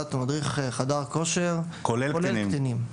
תעודת מדריך חדר כושר כולל קטינים.